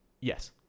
Yes